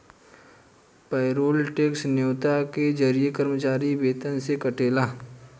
payroll tax न्योता के जरिए कर्मचारी वेतन से कटेला